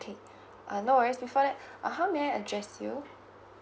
okay uh no worries before that uh how may I address you